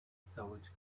sold